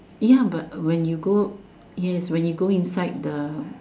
ya but when you go yes when you go inside the